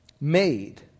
made